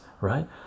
right